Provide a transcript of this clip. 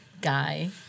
guy